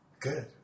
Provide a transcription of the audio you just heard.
Good